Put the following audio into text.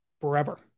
forever